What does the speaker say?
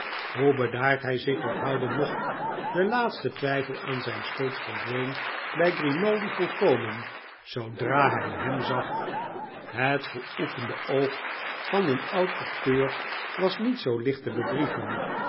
hoe bedaard hij zich ook houden mocht de laatste twijfel aan zijn schuld verdween bij grimaldi volkomen zoodra hij hem zag het geoefende oog van een oud acteur was niet zoo licht te bedriegen